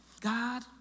God